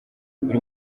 buri